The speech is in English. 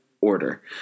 order